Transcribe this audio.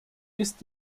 ist